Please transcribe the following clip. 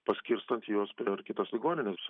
paskirstant juos per kitas ligonines